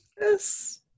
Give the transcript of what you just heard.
Yes